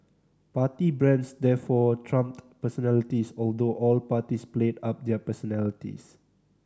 party brands therefore trumped personalities although all parties played up their personalities